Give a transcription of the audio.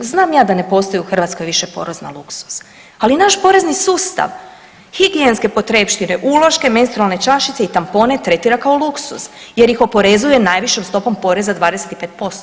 Znam ja da ne postoji u Hrvatskoj više porez na luksuz, ali naš porezni sustav, higijenske potrepštine, uloške, menstrualne čašice i tampone tretira kao luksuz jer ih oporezuje najvišom stopom poreza 25%